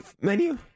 menu